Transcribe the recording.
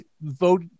vote